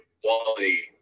quality